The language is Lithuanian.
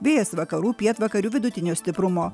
vėjas vakarų pietvakarių vidutinio stiprumo